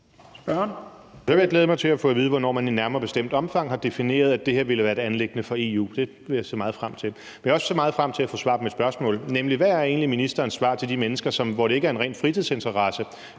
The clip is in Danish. jeg glæde mig til at få at vide, hvornår man i et nærmere bestemt omfang har defineret, at det her ville være et anliggende for EU. Det vil jeg se meget frem til. Men jeg vil også se meget frem til at få svar på mit spørgsmål, nemlig hvad ministerens svar egentlig er til de mennesker, hvor det ikke er en ren fritidsinteresse